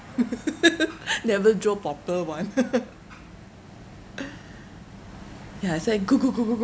never draw proper [one] yeah I say good good good good good